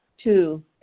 two